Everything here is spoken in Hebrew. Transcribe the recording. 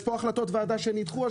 יש פה החלטות ועדה שנדחו.